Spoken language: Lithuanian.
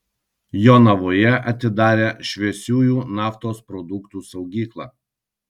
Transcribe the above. jonavoje atidarė šviesiųjų naftos produktų saugyklą